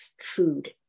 food